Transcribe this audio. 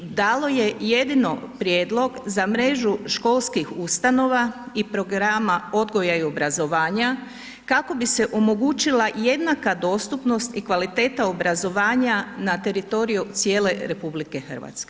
Dalo je jedino prijedlog za mrežu školskih ustanova i programa odgoja i obrazovanja kako bi se omogućila jednaka dostupnost i kvaliteta obrazovanja na teritoriju cijele RH.